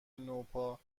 نوپا